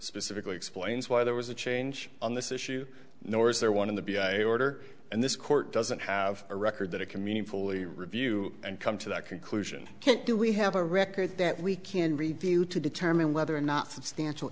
specifically explains why there was a change on this issue nor is there one in the b i order and this court doesn't have a record that it can mean fully review and come to that conclusion can't do we have a record that we can review to determine whether or not substantial